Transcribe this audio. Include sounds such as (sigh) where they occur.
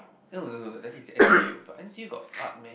(noise) that thing is n_t_u but n_t_u got art meh